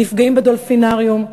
נפגעים ב"דולפינריום",